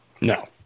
No